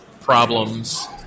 problems